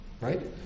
Right